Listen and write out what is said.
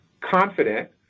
confident